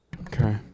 okay